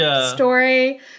story